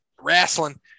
wrestling